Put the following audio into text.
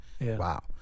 wow